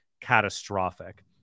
catastrophic